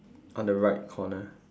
on the right corner